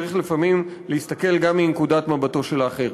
צריך לפעמים להסתכל גם מנקודת מבטו של האחר.